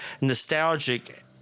nostalgic